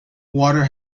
water